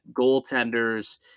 goaltenders